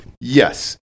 Yes